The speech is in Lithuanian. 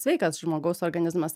sveikas žmogaus organizmas